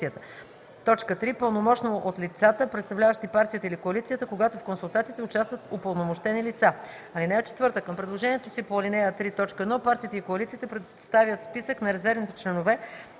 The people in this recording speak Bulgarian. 3. пълномощно от лицата, представляващи партията или коалицията, когато в консултациите участват упълномощени лица. (4) Към предложението си по ал. 3, т. 1 партиите и коалициите представят списък на резервните членове,